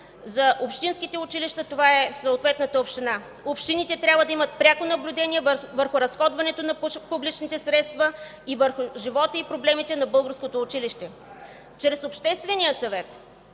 за общинските училища това е съответната община. Общините трябва да имат пряко наблюдение върху разходването на публичните средства и върху живота и проблемите на българското училище. Чрез Обществения съвет